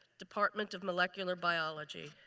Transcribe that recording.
department of molecular biology.